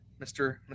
Mr